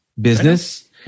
business